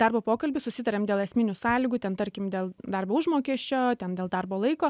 darbo pokalby susitarėm dėl esminių sąlygų ten tarkim dėl darbo užmokesčio ten dėl darbo laiko